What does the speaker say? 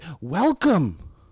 welcome